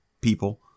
people